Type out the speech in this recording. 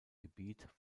gebiet